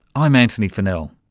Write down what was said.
i'm antony funnell.